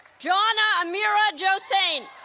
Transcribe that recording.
janna amira joassainte